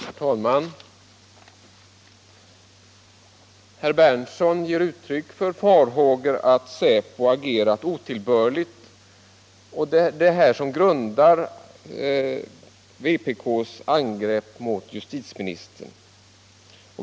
Herr talman! Herr Berndtson ger uttryck för farhågor att säkerhetspolisen agerat otillbörligt och säger, att det är det som ligger till grund för vpk:s angrepp på justitieministern.